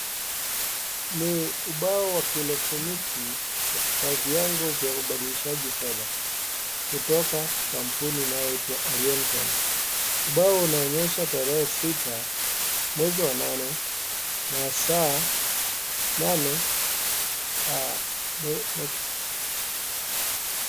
Ni ubao wa kielektroniki wa viwango vya ubadilishaji fedha kutoka kwa kampuni inayoitwa Oriental. Ubao unaonyesha tarehe 6, mwezi wa 8 na saa 8:00.